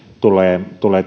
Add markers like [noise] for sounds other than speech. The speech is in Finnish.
tulee tulee [unintelligible]